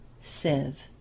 sieve